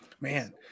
Man